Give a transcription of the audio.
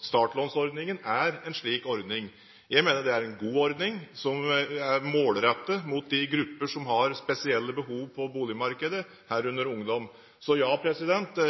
Startlånsordningen er en slik ordning. Jeg mener det er en god ordning som er målrettet mot de grupper som har spesielle behov på boligmarkedet, herunder ungdom. Så, ja,